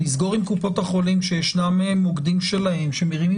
לסגור עם קופות החולים - שיש מוקדים שלהם - שמרימים